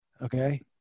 okay